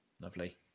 Lovely